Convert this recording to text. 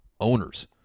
owners